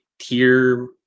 tier